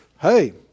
hey